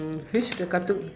and which the cartoon